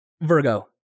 Virgo